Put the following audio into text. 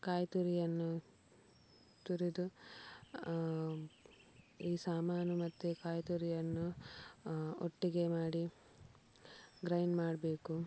ಕಾಯಿತುರಿಯನ್ನು ತುರಿದು ಈ ಸಾಮಾನು ಮತ್ತು ಕಾಯಿತುರಿಯನ್ನು ಒಟ್ಟಿಗೆ ಮಾಡಿ ಗ್ರೈಂಡ್ ಮಾಡಬೇಕು